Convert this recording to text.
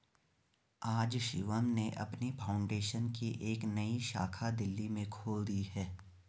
आज शिवम ने अपनी फाउंडेशन की एक नई शाखा दिल्ली में खोल दी है